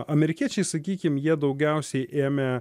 amerikiečiai sakykim jie daugiausiai ėmė